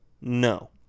No